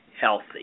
healthy